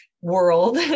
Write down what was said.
world